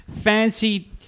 fancy